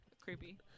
creepy